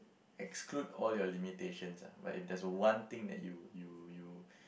exclude all your limitations lah but if there's one thing that you you you